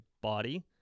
body